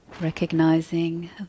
Recognizing